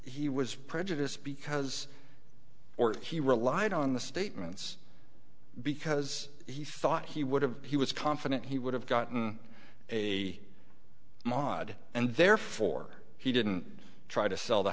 he was prejudiced because or he relied on the statements because he thought he would have he was confident he would have gotten a model and therefore he didn't try to sell the